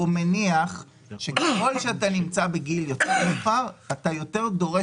הוא מניח שככל שאתה נמצא בגיל יותר מאוחר כך אתה יותר דורש